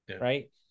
right